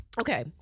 Okay